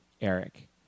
Eric